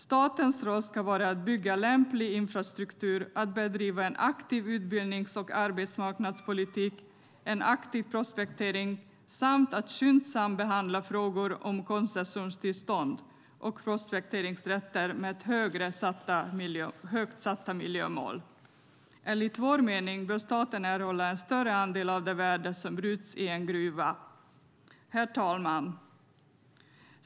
Statens roll ska vara att bygga lämplig infrastruktur och bedriva en aktiv utbildnings och arbetsmarknadspolitik, en aktiv prospektering samt skyndsamt behandla frågor om koncessionstillstånd och prospekteringsrättigheter med högt satta miljömål. Enligt vår mening bör staten erhålla en större andel av det värde som bryts i en gruva. Herr talman!